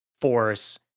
force